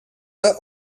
were